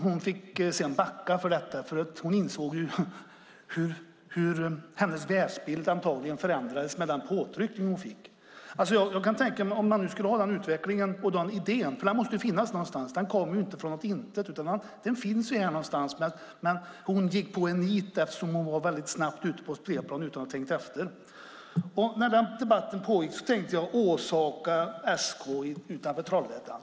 Hon fick sedan backa när hon insåg att hennes världsbild förändrades på grund av de påtryckningar hon utsattes för. Idén måste komma från någonstans. Den kommer inte från ett intet. Men borgarrådet gick på en nit eftersom hon gick snabbt ut på spelplan utan att ha tänkt efter. När den debatten pågick tänkte jag på Åsaka SK utanför Trollhättan.